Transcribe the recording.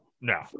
No